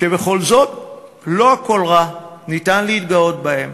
שבכל זאת לא הכול רע, ניתן להתגאות בהם.